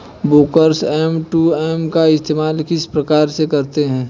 Brokers M two M का इस्तेमाल किस प्रकार से करते हैं?